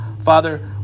Father